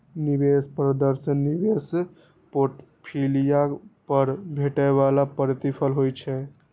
निवेश प्रदर्शन निवेश पोर्टफोलियो पर भेटै बला प्रतिफल होइ छै